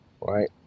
right